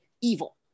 evil